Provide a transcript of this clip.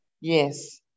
Yes